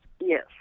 Yes